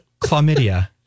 chlamydia